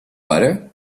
butter